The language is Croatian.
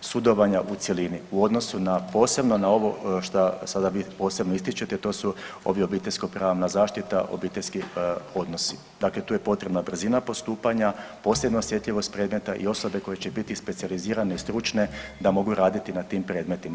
sudovanja u cjelini u odnosu na, posebno na ovo šta sada vi posebno ističete, to su ovi obiteljsko pravna zaštita, obiteljski odnosi, dakle tu je potrebna brzina postupanja, posebno osjetljivost predmeta i osobe koje će biti specijalizirane i stručne da mogu raditi na tim predmetima.